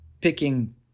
picking